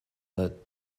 that